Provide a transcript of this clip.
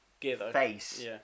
face